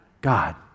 God